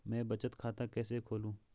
मैं बचत खाता कैसे खोलूँ?